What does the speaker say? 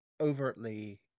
overtly